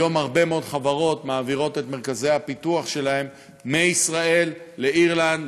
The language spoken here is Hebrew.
היום הרבה מאוד חברות מעבירות את מרכזי הפיתוח שלהן מישראל לאירלנד,